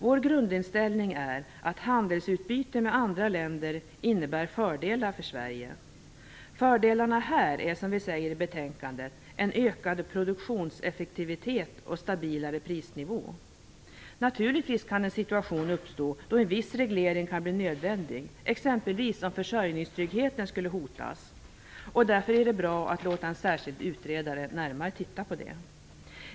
Vår grundinställning är att handelsutbyte med andra länder innebär fördelar för Sverige. Fördelarna är, som vi säger i betänkandet, en ökad produktionseffektivitet och stabilare prisnivå. Naturligtvis kan en situation uppstå då en viss reglering kan bli nödvändig, exempelvis om försörjningstryggheten skulle hotas. Därför är det bra att låta en särskild utredare titta närmare på det.